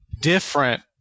different